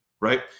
Right